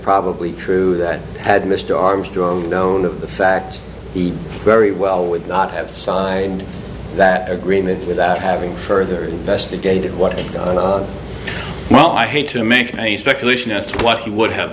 probably true that had mr armstrong known of the fact he very well would not have signed that agreement without having further investigated what well i hate to make any speculation as to what he would have